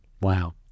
Wow